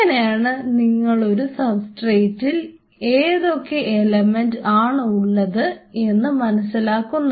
ഇങ്ങനെയാണ് നിങ്ങളൊരു സബ്സ്ട്രേറ്റിൽ ഏതൊക്കെ എലമെന്റ് ആണ് ഉള്ളത് എന്ന് മനസ്സിലാക്കുന്നത്